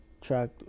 track